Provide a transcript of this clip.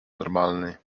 normalny